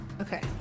Okay